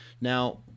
Now